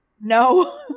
No